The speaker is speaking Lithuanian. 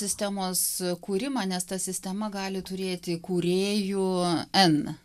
sistemos kūrimą nes ta sistema gali turėti kūrėjų n